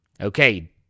Okay